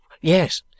yes